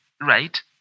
right